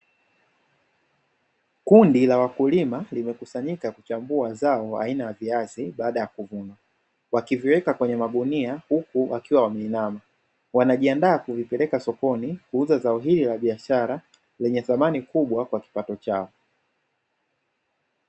Kundi la wakulima limekusanyika kuchambua zao la viazi baada ya kuvunwa wakiviweka katika magunia huku wakiwa wameinama. Wanajiandaa kuvipeleka sokoni kuuza zao hili la biashara lenye thamani kubwa kwa kipato chao.